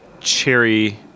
cherry